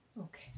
Okay